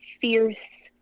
fierce